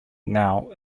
now